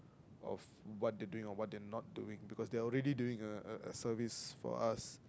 of what they're doing or what they are not doing because they are already doing a a a service for us